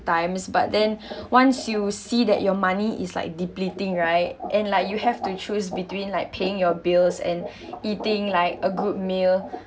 times but then once you see that your money is like depleting right and like you have to choose between like paying your bills and eating like a good meal